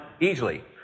easily